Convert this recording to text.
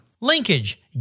Linkage